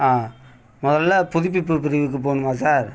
ஆ முதல்ல புதுப்பிப்பு பிரிவுக்கு போகணுமா சார்